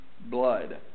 blood